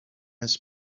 his